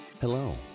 Hello